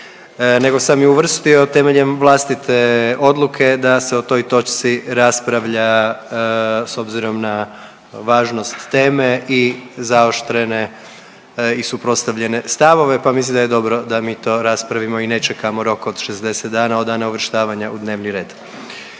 nego sam je uvrstio temeljem vlastite odluke da se o toj točci raspravlja s obzirom na važnost teme i zaoštrene i suprotstavljene stavove, pa mislim da je dobro da mi to raspravimo i ne čekamo rok od 60 dana od dana uvrštavanja u dnevni red.